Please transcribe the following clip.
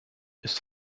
ist